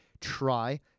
try